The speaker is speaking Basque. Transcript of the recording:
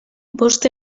bost